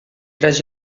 tres